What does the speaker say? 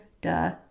duh